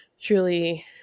truly